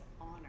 honor